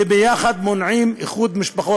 ומונעים איחוד משפחות?